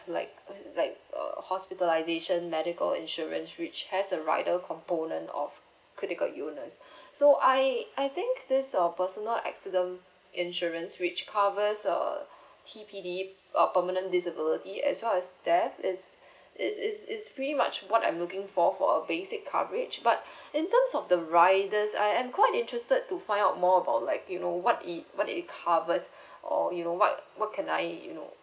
like like err hospitalisation medical insurance which has a rider component of critical illness so I I think this uh personal accident insurance which covers err T_P_D uh permanent disability as well as death is is is is pretty much what I'm looking for for a basic coverage but in terms of the riders I'm quite interested to find out more about like you know what it what it covers or you know what what can I you know